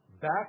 back